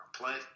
play